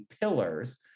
pillars